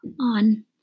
on